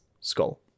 skull